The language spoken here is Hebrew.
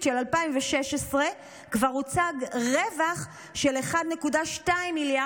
של 2016 כבר הוצג רווח של 1.2 מיליארד,